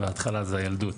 והכנסת עוסקת בדרך-כלל בחקיקה,